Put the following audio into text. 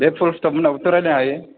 बे पुलस्थब मोनहाबोथ' रायलायनो हायो